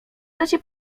czasie